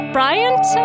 Bryant